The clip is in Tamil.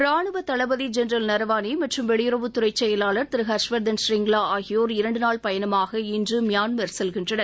ராணுவத் தளபதி ஜென்ரல் நரவானே மற்றும் வெளியுறவுத்துறை செயவாளர் திரு ஹர்ஷ்வர்தன் ஷ்ரிங்லா ஆகியோர் இரண்டுநாள் பயணமாக இன்று மியான்மர் செல்கின்றனர்